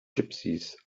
gypsies